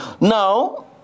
Now